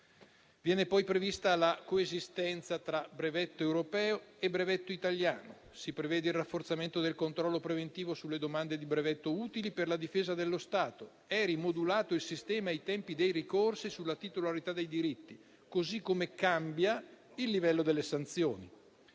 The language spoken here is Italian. Viene poi prevista la coesistenza tra brevetto europeo e brevetto italiano. Si prevede il rafforzamento del controllo preventivo sulle domande di brevetto utili per la difesa dello Stato. Sono rimodulati sistema e tempi dei ricorsi sulla titolarità dei diritti, così come cambia il livello delle sanzioni.